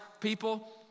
people